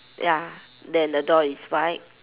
ya then the door is white